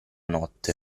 notte